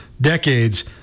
decades